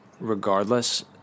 regardless